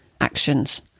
actions